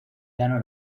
ganó